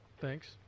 thanks